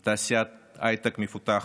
עם תעשיית הייטק מפותחת,